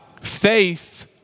faith